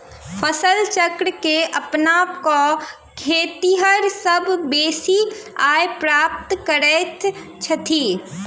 फसल चक्र के अपना क खेतिहर सभ बेसी आय प्राप्त करैत छथि